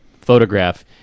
photograph